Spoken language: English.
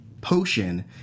potion